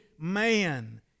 man